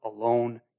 alone